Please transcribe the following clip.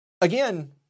Again